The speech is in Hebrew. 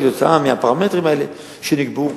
כתוצאה מהפרמטרים האלה שנקבעו,